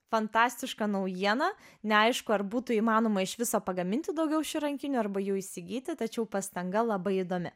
fantastiška naujiena neaišku ar būtų įmanoma iš viso pagaminti daugiau šių rankinių arba jų įsigyti tačiau pastanga labai įdomi